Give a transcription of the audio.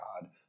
God